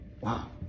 Wow